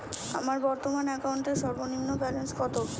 আমার বর্তমান অ্যাকাউন্টের সর্বনিম্ন ব্যালেন্স কত?